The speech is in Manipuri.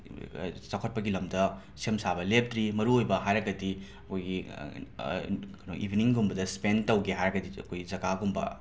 ꯆꯥꯎꯈꯠꯄꯒꯤ ꯂꯝꯗ ꯁꯦꯝ ꯁꯥꯕ ꯂꯦꯞꯇ꯭ꯔꯤ ꯃꯔꯨꯑꯣꯏꯕ ꯍꯥꯏꯔꯒꯗꯤ ꯑꯩꯈꯣꯏꯒꯤ ꯀꯩꯅꯣ ꯏꯕꯤꯅꯤꯡꯒꯨꯝꯕꯗ ꯁ꯭ꯄꯦꯟ ꯇꯧꯒꯦ ꯍꯥꯏꯔꯒꯗꯤ ꯑꯩꯈꯣꯏ ꯖꯒꯥꯒꯨꯝꯕ